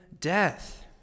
death